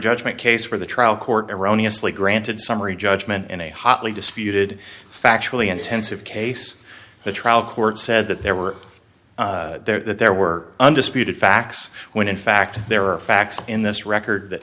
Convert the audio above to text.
judgment case for the trial court erroneous lee granted summary judgment in a hotly disputed factually intensive case the trial court said that there were there were undisputed facts when in fact there are facts in this record that